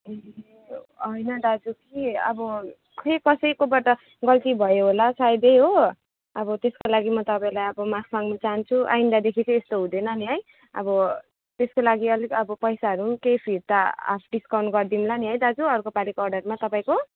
होइन दाजु कि अब खै कसैकोबाट गल्ती भयो होला सायदै हो अब त्यसको लागि म तपाईँलाई अब माफ माग्नु चाहन्छु आइन्दादेखि चाहिँ यस्तो हुँदैन नि है अब त्यसको लागि अलिक अब पैसाहरू केही फिर्ता डिस्काउन्ट गरिदिउँला नि है दाजु अर्को पालिको अर्डरमा तपाईँको